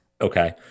Okay